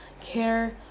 care